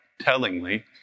tellingly